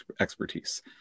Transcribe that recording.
expertise